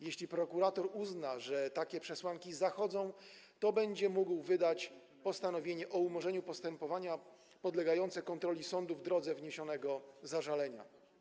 Jeśli prokurator uzna, że takie przesłanki zachodzą, to będzie mógł wydać postanowienie o umorzeniu postępowania, podlegające kontroli sądu w drodze wniesionego zażalenia.